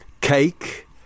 cake